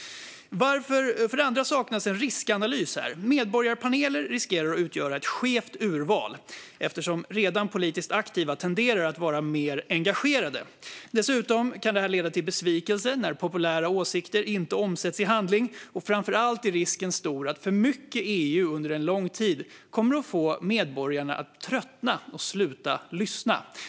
För det andra saknas en riskanalys. Medborgarpaneler riskerar att utgöra ett skevt urval, eftersom redan politiskt aktiva tenderar att vara mer engagerade. Dessutom kan det här leda till besvikelse när populära åsikter inte omsätts i handling. Framför allt är risken stor att för mycket EU under en lång tid kommer att få medborgarna att tröttna och sluta lyssna.